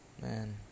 man